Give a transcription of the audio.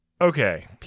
okay